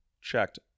checked